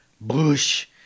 bush